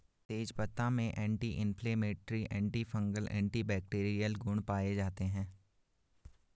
तेजपत्ता में anti inflammatory, antifungal, antibacterial गुण पाये जाते है